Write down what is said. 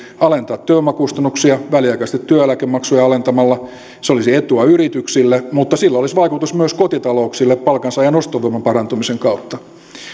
alentaa työvoimakustannuksia väliaikaisesti työeläkemaksuja alentamalla se olisi etu yrityksille mutta sillä olisi vaikutus myös kotitalouksille palkansaajan ostovoiman parantumisen kautta